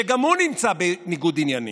שגם הוא נמצא בניגוד עניינים.